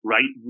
Right